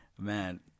man